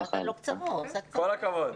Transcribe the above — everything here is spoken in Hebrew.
כל הכבוד.